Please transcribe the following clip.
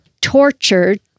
tortured